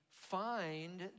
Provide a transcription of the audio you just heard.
find